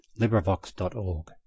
LibriVox.org